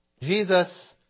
Jesus